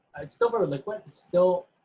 it's still very liquid, and still